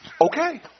Okay